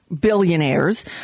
billionaires